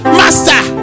master